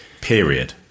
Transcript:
Period